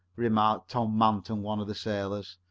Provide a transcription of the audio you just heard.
remarked tom manton, one of the sailors.